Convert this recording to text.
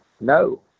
no